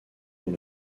dont